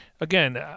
again